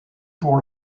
pour